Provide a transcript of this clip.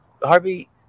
Harvey